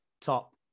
top